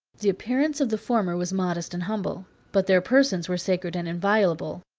the appearance of the former was modest and humble but their persons were sacred and inviolable.